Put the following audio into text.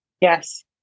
Yes